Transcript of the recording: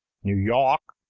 new yawk,